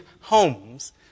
homes